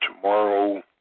tomorrow